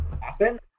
happen